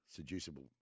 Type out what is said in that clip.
Seducible